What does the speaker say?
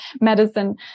medicine